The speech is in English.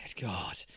god